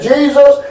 Jesus